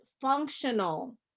functional